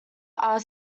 are